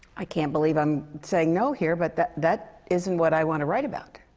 i can't believe i'm saying no here. but that that isn't what i want to write about.